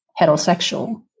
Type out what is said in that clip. heterosexual